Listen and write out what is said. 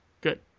good